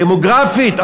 דמוגרפית,